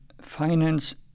finance